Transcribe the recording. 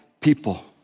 people